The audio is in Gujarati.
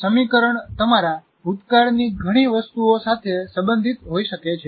સમીકરણ તમારા ભૂતકાળની ઘણી વસ્તુઓ સાથે સંબંધિત હોઈ શકે છે